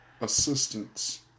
assistance